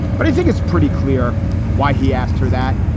but i think it's pretty clear why he asked her that.